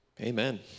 Amen